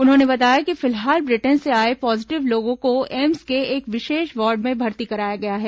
उन्होंने बताया कि फिलहाल ब्रिटेन से आए पॉजिटिव लोगों को एम्स के एक विशेष वार्ड में भर्ती कराया गया है